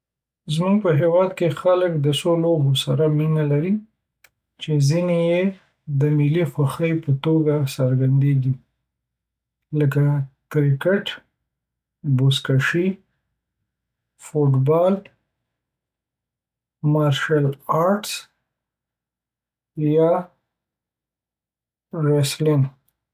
زموږ په هیواد کې خلک د څو لوبو سره مینه لري، چې ځینې یې د ملي خوښې په توګه څرګندیږي: کرکټ بزکشي فوټبال (فوټبال) مارشل آرټس او ریسلینګ